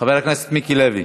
חבר הכנסת מיקי לוי.